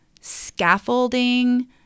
scaffolding